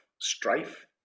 strife